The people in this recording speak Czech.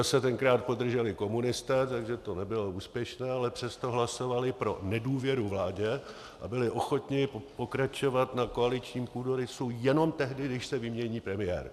Grosse tenkrát podrželi komunisté, takže to nebylo úspěšné, ale přesto hlasovali pro nedůvěru vládě a byli ochotni pokračovat na koaličním půdorysu jenom tehdy, když se vymění premiér.